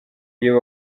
iyo